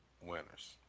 winners